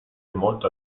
molto